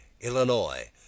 Illinois